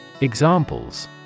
Examples